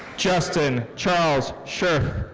justin charles sherf.